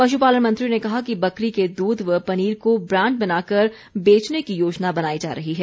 पशुपालन मंत्री ने कहा कि बकरी के दूध व पनीर को ब्रांड बनाकर बेचने की योजना बनाई जा रही है